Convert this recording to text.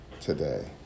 today